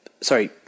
sorry